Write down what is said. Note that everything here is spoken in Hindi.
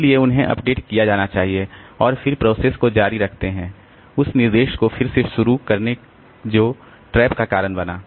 इसलिए उन्हें अपडेट किया जाना चाहिए और फिर प्रोसेस को जारी रखते हैं उस निर्देश को फिर से शुरू करके जो ट्रैप का कारण बना